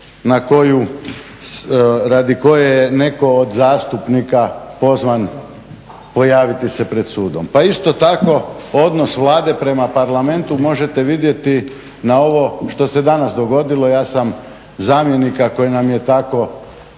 na koju, radi koje je netko od zastupnika pozvan pojaviti se pred sudom. Pa isto tako odnos Vlade prema Parlamentu možete vidjeti na ovo što se danas dogodilo, ja sam zamjenika koji nam je tako